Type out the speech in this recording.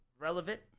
relevant